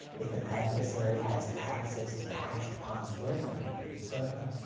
if an adversary has access to the hashed passwords on a computer server,